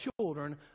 children